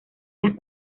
las